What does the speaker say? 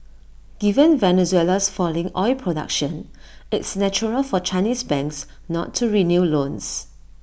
given Venezuela's falling oil production it's natural for Chinese banks not to renew loans